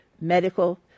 medical